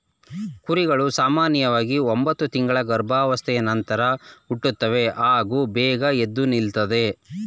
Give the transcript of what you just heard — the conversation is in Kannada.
ಕರುಗಳು ಸಾಮನ್ಯವಾಗಿ ಒಂಬತ್ತು ತಿಂಗಳ ಗರ್ಭಾವಸ್ಥೆಯ ನಂತರ ಹುಟ್ಟುತ್ತವೆ ಹಾಗೂ ಬೇಗ ಎದ್ದು ನಿಲ್ತದೆ